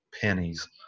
pennies